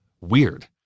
weird